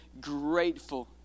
grateful